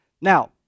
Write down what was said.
Now